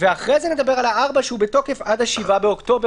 ואחרי זה נדבר על 4 שהוא בתוקף עד 7 באוקטובר